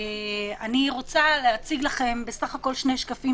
אני רוצה להציג לכם בסך הכול שני שקפים,